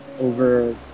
over